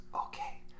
okay